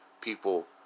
people